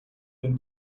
been